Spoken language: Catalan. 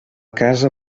casa